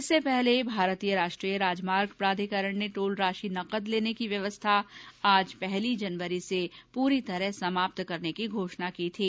इससे पहले भारतीय राष्ट्रीय राजमार्ग प्राधिकरण ने टोल राशि नकद लेने की व्यवस्था आज पहली जनवरी से पूरी तरह समाप्त करने की घोषणा की थी